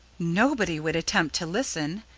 nobody would attempt to listen,